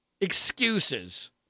excuses